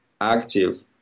active